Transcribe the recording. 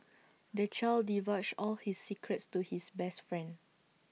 the child divulged all his secrets to his best friend